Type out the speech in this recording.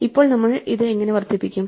ഇപ്പോൾ നമ്മൾ ഇത് എങ്ങനെ വർദ്ധിപ്പിക്കും